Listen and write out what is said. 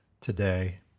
today